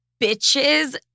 bitches